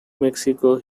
mexico